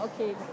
okay